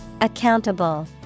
Accountable